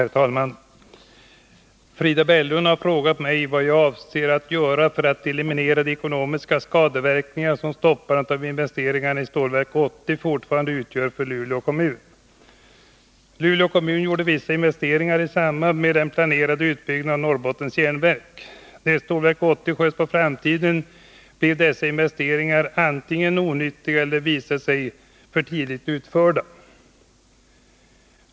Herr talman! Frida Berglund har frågat mig vad jag avser att göra för att eliminera de ekonomiska skadeverkningar som stoppandet av investeringarna i Stålverk 80 fortfarande utgör för Luleå kommun. Luleå kommun gjorde vissa investeringar i samband med den planerade utbyggnaden av Norrbottens Järnverk. När Stålverk 80 sköts på framtiden blev dessa investeringar onyttiga eller visade sig för tidigt utförda.